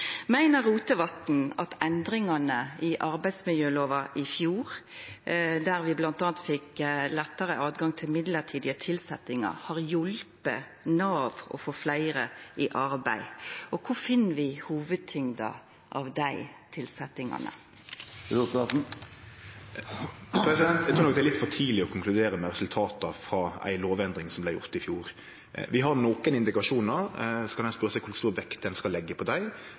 Meiner Rotevatn at endringane i arbeidsmiljølova i fjor, der vi bl.a. fekk lettare høve til midlertidige tilsetjingar, har hjelpt Nav til å få fleire i arbeid? Og kor finn vi hovudtyngda av dei tilsetjingane? Eg trur nok det er litt for tidleg å konkludere med resultat frå ei lovendring som vart gjort i fjor. Vi har nokre indikasjonar, og så kan ein spørje seg om kor stor vekt ein skal leggje på dei.